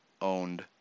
owned